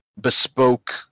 bespoke